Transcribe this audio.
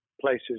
places